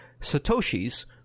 Satoshis